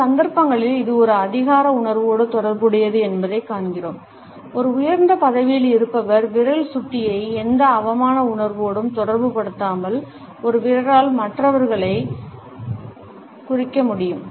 சில சந்தர்ப்பங்களில் இது ஒரு அதிகார உணர்வோடு தொடர்புடையது என்பதைக் காண்கிறோம் ஒரு உயர்ந்த பதவியில் இருப்பவர் விரல் சுட்டியை எந்த அவமான உணர்வோடும் தொடர்புபடுத்தாமல் ஒரு விரலால் மற்றவர்களைக் குறிக்க முடியும்